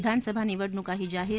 विधानसभा निवडणुकाही जाहीर